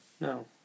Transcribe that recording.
no